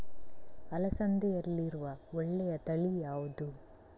ಅಲಸಂದೆಯಲ್ಲಿರುವ ಒಳ್ಳೆಯ ತಳಿ ಯಾವ್ದು?